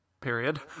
period